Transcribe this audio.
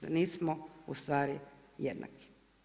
Da nismo ustvari jednaki.